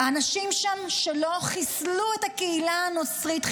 האנשים שלו שם חיסלו את הקהילה הנוצרית,